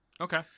Okay